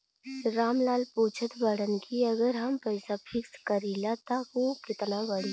राम लाल पूछत बड़न की अगर हम पैसा फिक्स करीला त ऊ कितना बड़ी?